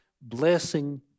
blessing